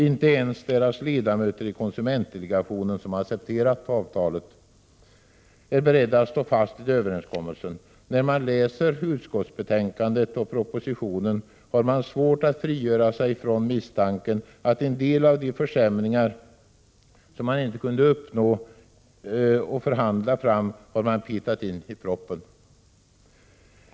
Inte ens deras ledamöter i konsumentdelegationen, som accepterat avtalet, är beredda att stå fast vid överenskommelsen. När man läser utskottsbetänkandet och propositionen har man svårt att frigöra sig från misstanken att en del av de försämringar som man inte kunde förhandla fram, de har man petat in i propositionen.